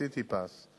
"סיטיפס",